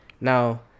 Now